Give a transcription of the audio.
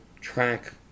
track